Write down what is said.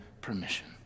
permission